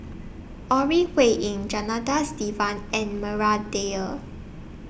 Ore Huiying Janadas Devan and Maria Dyer